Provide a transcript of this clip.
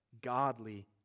godly